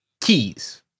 keys